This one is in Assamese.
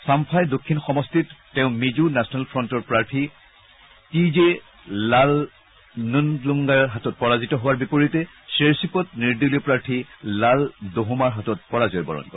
চাম্ফাই দক্ষিণ সমষ্টিত তেওঁ মিজো নেচনেল ফ্ৰণ্টৰ প্ৰাৰ্থী টি জে লালনুনলুংগাৰ হাতত পৰাজিত হোৱাৰ বিপৰীতে ছেৰ্চিপত নিৰ্দলীয় প্ৰাৰ্থী লালডুহোমাৰ হাতত পৰাজয় বৰণ কৰে